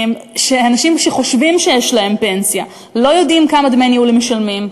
שאנשים שחושבים שיש להם פנסיה לא יודעים כמה דמי ניהול הם משלמים.